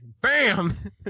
Bam